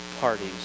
parties